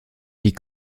die